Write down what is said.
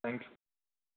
thank you